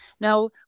now